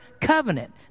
covenant